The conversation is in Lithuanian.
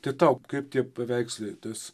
tai tau kaip tie paveikslai tas